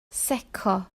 secco